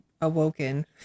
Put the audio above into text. awoken